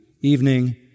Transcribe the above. evening